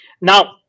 Now